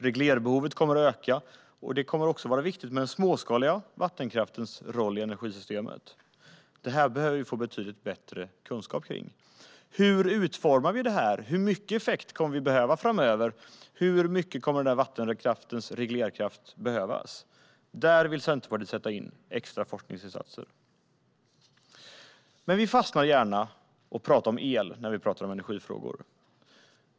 Reglerbehovet kommer att öka, och även den småskaliga vattenkraftens roll i energisystemet kommer att vara viktig. Det här behöver vi få betydligt bättre kunskap om. Hur utformar vi det? Hur mycket effekt kommer vi att behöva framöver? Hur mycket kommer vattenkraftens reglerkraft att behövas? Här vill Centerpartiet sätta in extra forskningsinsatser. Vi fastnar gärna i att tala om el när vi talar om energifrågor.